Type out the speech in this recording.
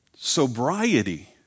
sobriety